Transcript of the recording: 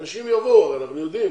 אנשים יבואו, אנחנו יודעים.